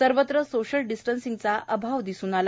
सर्वत्र सोशल डिस्टन्सचा अभाव दिसून आला